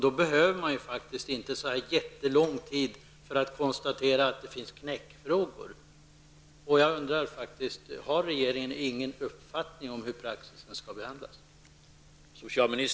Då behöver man faktiskt inte så lång tid för att konstatera att det finns knäckfrågor. Jag undrar därför: Har inte regeringen någon uppfattning om hur praxis skall behandlas?